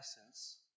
essence